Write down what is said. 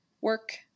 work